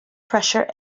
pressure